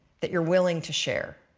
that you are willing to share.